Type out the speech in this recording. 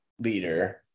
leader